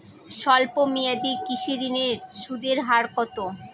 স্বল্প মেয়াদী কৃষি ঋণের সুদের হার কত?